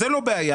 גם זה לא בעיה.